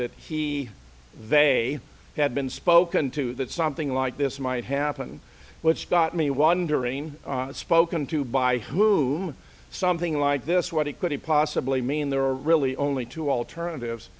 that he they had been spoken to that something like this might happen which got me wondering spoken to by whom something like this what it could he possibly mean there are really only two alternatives